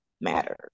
matters